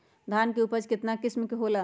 धान के उपज केतना किस्म के होला?